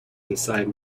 inside